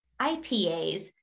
IPAs